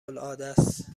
العادست